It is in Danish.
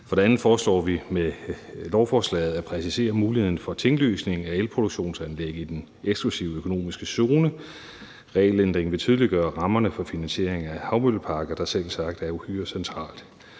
For det andet foreslår vi med lovforslaget at præcisere muligheden for tinglysning af elproduktionsanlæg i den eksklusive økonomiske zone. Regelændringen vil tydeliggøre rammerne for finansieringen af havmølleparker, hvilket selvsagt er uhyre centralt.